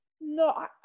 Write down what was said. No